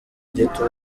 gito